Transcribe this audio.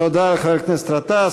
תודה לחבר הכנסת גטאס.